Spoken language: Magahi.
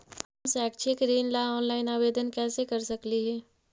हम शैक्षिक ऋण ला ऑनलाइन आवेदन कैसे कर सकली हे?